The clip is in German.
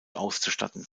auszustatten